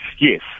yes